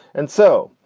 and so.